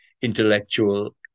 intellectual